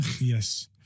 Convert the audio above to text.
Yes